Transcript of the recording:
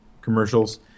commercials